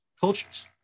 cultures